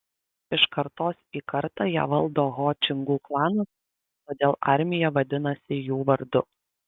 iš kartos į kartą ją valdo ho čingų klanas todėl armija vadinasi jų vardu